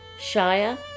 Shia